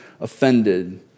offended